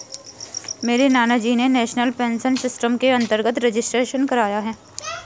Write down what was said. मेरे नानाजी ने नेशनल पेंशन सिस्टम के अंतर्गत रजिस्ट्रेशन कराया है